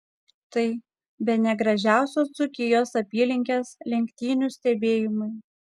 tai bene gražiausios dzūkijos apylinkės lenktynių stebėjimui